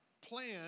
plan